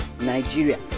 Nigeria